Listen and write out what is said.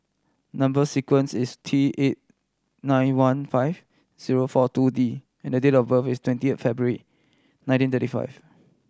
number sequence is T eight nine one five zero four two D and date of birth is twenty eight February nineteen thirty five